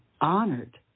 honored